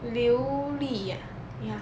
流利 ah ya